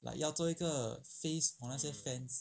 like 要做一个 face for 那些 fans